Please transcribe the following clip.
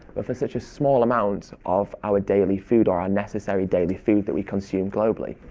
but for such a small amount of our daily food, or unnecessary daily food, that we consumed globally.